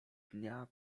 dnia